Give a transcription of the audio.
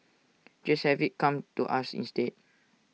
just have IT come to us instead